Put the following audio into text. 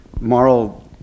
moral